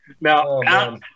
Now